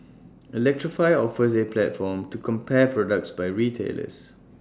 electrify offers A platform to compare products by retailers